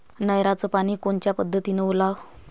नयराचं पानी कोनच्या पद्धतीनं ओलाव?